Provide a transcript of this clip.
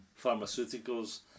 pharmaceuticals